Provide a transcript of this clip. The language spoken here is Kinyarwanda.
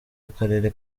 akarere